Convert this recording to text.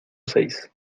seis